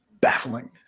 baffling